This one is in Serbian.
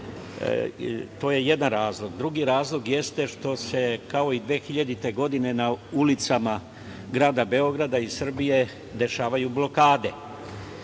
To je jedan razlog. Drugi razlog jeste što se, kao i 2000. godine, na ulicama grada Beograda i Srbije dešavaju